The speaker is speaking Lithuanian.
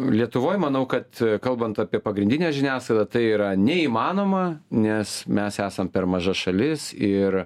lietuvoj manau kad kalbant apie pagrindinę žiniasklaidą tai yra neįmanoma nes mes esam per maža šalis ir